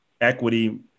equity